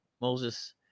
Moses